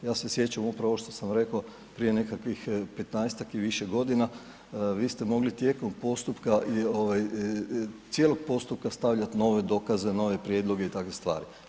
Ja se sjećam upravo ovo što sam rekao prije nekakvih 15 i više godina, vi ste mogli tijekom postupka, cijelog postupka stavljati nove dokaze, nove prijedloge i takve stvari.